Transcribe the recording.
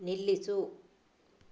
ನಿಲ್ಲಿಸು